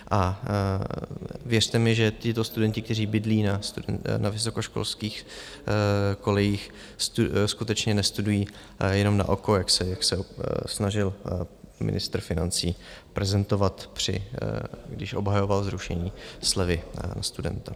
A věřte mi, že tito studenti, kteří bydlí na vysokoškolských kolejích, skutečně nestudují jenom naoko, jak se snažil ministr financí prezentovat, když obhajoval zrušení slevy studenta.